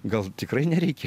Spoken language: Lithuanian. gal tikrai nereikia